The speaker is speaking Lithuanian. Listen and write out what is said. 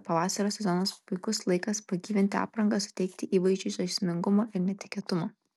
pavasario sezonas puikus laikas pagyvinti aprangą suteikti įvaizdžiui žaismingumo ir netikėtumo